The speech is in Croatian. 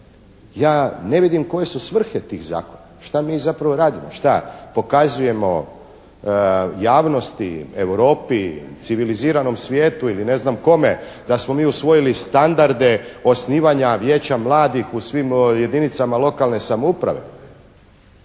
Ja ne vidim koje su svrhe tih zakona, što mi zapravo radimo, što pokazujemo javnosti, Europi, civiliziranom svijetu ili ne znam kome, da smo mi usvojili standarde osnivanja Vijeća mladih u svim jedinicama lokalne samouprave.